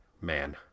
man